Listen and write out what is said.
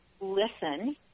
listen